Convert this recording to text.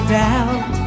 doubt